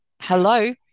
Hello